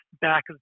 back